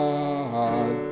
God